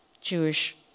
Jewish